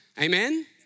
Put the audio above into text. Amen